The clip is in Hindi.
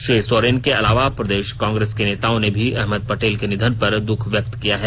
श्री सोरेन के अलावा प्रदेश कांग्रेस के नेताओं ने भी अहमद पटेल के निधन पर दुख व्यक्त किया है